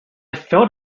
felt